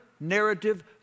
narrative